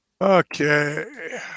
Okay